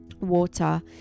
water